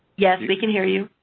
yes, we can hear you.